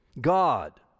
God